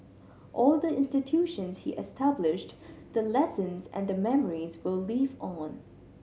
all the institutions he established the lessons and the memories will live on